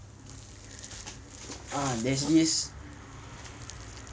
ah there's this